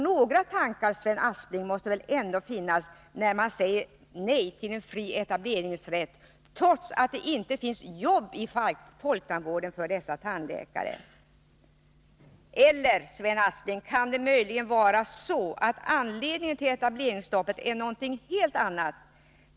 Några tankar, Sven Aspling, måste det väl ändå finnas, när man säger nej till fri etableringsrätt, trots att det inte finns jobb inom folktandvården för dessa tandläkare. Eller kan det möjligen vara så, Sven Aspling, att anledningen till etableringsstoppet är en helt annan?